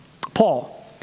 Paul